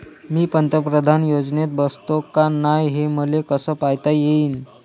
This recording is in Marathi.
मी पंतप्रधान योजनेत बसतो का नाय, हे मले कस पायता येईन?